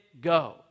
go